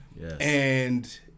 yes